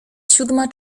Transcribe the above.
siódma